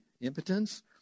impotence